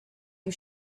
you